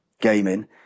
gaming